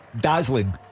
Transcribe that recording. dazzling